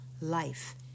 life